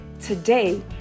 Today